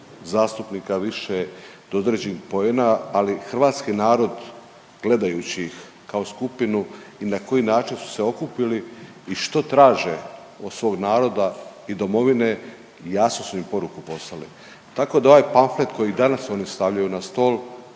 zastupnika, više do određenih poena, ali hrvatski narod gledajući ih kao skupinu i na koji način su se okupili i što traže od svog naroda i Domovine jasnu su im poruku poslali, tako da ovaj pamflet koji danas oni stavljaju na stol